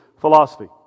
philosophy